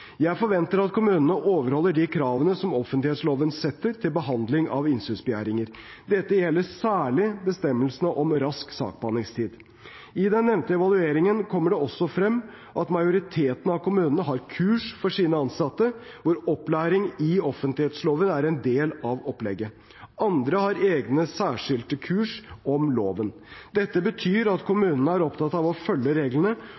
Jeg forventer at kommunene overholder de kravene som offentlighetsloven setter til behandlingen av innsynsbegjæringer. Dette gjelder særlig bestemmelsene om rask saksbehandlingstid. I den nevnte evalueringen kommer det også frem at majoriteten av kommunene har kurs for sine ansatte, hvor opplæring i offentlighetsloven er en del av opplegget. Andre har egne særskilte kurs om loven. Dette betyr at kommunene er opptatt av å følge reglene